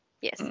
Yes